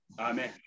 Amen